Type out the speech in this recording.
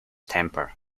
temper